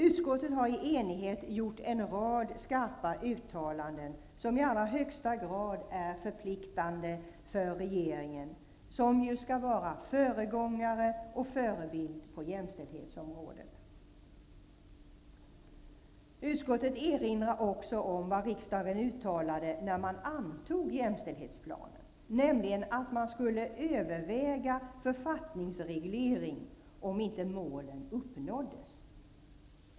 Utskottet har i enighet gjort en rad skarpa uttalanden som i allra högsta grad är förpliktande för regeringen, som ju skall vara föregångare och förebild på jämställdhetsområdet. Utskottet erinrar också om vad riksdagen uttalade när man antog jämställdhetsplanen, nämligen att man skulle överväga författningsreglering om inte målen uppnåddes.